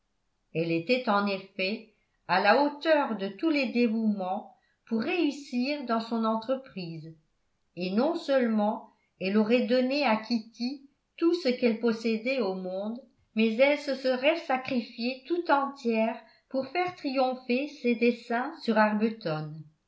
elle était en effet à la hauteur de tous les dévouements pour réussir dans son entreprise et non seulement elle aurait donné à kitty tout ce qu'elle possédait au monde mais elle se serait sacrifiée tout entière pour faire triompher ses desseins sur arbuton